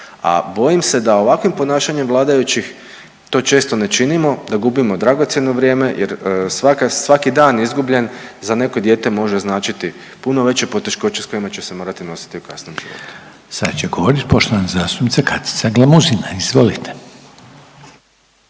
a bojim se da ovakvim ponašanjem vladajućih to često ne činimo, da gubimo dragocjeno vrijeme jer svaka, svaki dan izgubljen za neko dijete može značiti puno veće poteškoće s kojima će se morati nositi u kasnijem životu. **Reiner, Željko (HDZ)** Sad će govorit poštovana zastupnica Katica Glamuzina, izvolite.